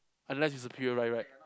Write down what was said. unless it's a